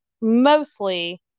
mostly